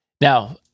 Now